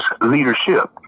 leadership